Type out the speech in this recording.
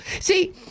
see